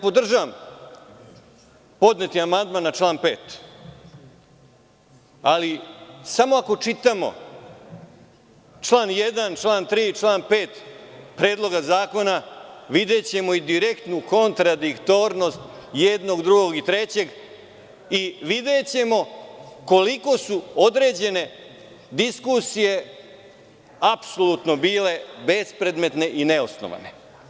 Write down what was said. Podržavam podneti amandman na član 5, ali samo ako čitamo čl. 1, 3. i 5. Predloga zakona videćemo direktnu kontradiktornost jednog, drugog i trećeg i videćemo koliko su određene diskusije apsolutno bile bespredmetne i neosnovane.